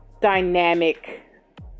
dynamic